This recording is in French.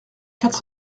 quatre